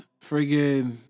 friggin